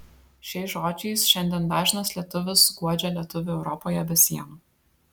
šiais žodžiais šiandien dažnas lietuvis guodžia lietuvį europoje be sienų